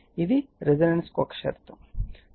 ఇది రెసోనెన్స్ కి ఒక షరతు